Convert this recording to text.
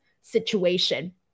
situation